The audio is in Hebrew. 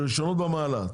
ראשונות במעלה,